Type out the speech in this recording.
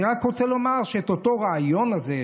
אני רוצה לומר שהרעיון הזה,